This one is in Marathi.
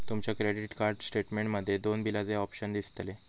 तुमच्या क्रेडीट कार्ड स्टेटमेंट मध्ये दोन बिलाचे ऑप्शन दिसतले